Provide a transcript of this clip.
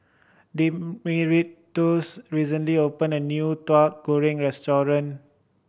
Dimitrios recently opened a new Tauhu Goreng restaurant